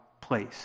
place